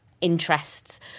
interests